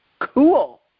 cool